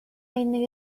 innej